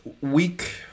week